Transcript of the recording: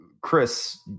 chris